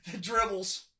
dribbles